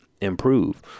improve